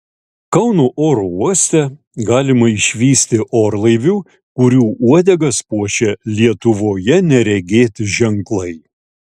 kauno oro uoste galima išvysti orlaivių kurių uodegas puošia lietuvoje neregėti ženklai